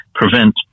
prevent